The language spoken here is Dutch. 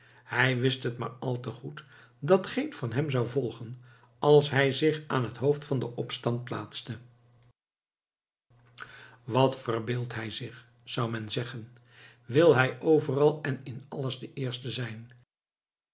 hij wist het maar al te goed dat geen hem zou volgen als hij zich aan het hoofd van den opstand plaatste wat verbeeldt hij zich zou men zeggen wil hij overal en in alles de eerste zijn